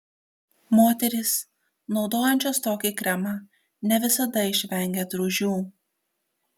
moterys naudojančios tokį kremą ne visada išvengia drūžių